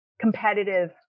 competitive